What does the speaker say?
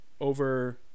over –